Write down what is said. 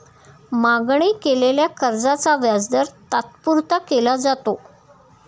मागणी केलेल्या कर्जाचा व्याजदर तात्पुरता केला जातो